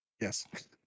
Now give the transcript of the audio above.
Yes